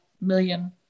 million